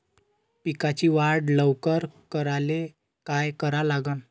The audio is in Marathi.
पिकाची वाढ लवकर करायले काय करा लागन?